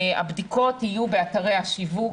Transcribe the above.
כמו שאמרנו הבדיקות יהיו באתרי השיווק,